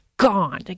gone